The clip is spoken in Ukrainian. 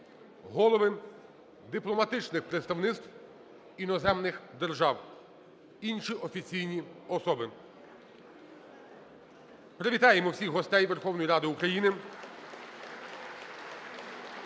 голови дипломатичних представництв іноземних держав, інші офіційні особи. Привітаємо всіх гостей Верховної Ради України.